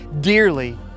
dearly